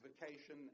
vacation